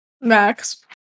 max